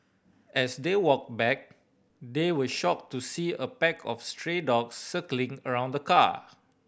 as they walked back they were shocked to see a pack of stray dogs circling around the car